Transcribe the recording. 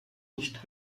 nicht